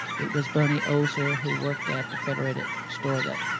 it was bernie ozer who worked at the federated store that,